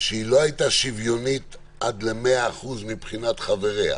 שלא הייתה שוויונית עד ל-100% מבחינת חבריה,